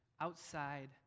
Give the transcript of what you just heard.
outside